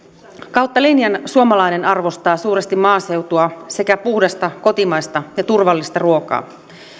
kautta linjan suomalainen arvostaa suuresti maaseutua sekä puhdasta kotimaista ja turvallista ruokaa